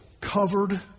covered